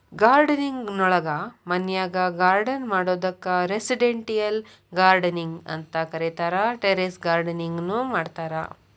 gardening ನೊಳಗ ಮನ್ಯಾಗ್ garden ಮಾಡೋದಕ್ಕ್ ರೆಸಿಡೆಂಟಿಯಲ್ ಗಾರ್ಡನಿಂಗ್ ಅಂತ ಕರೇತಾರ, ಟೆರೇಸ್ ಗಾರ್ಡನಿಂಗ್ ನು ಮಾಡ್ತಾರ